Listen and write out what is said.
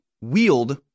wield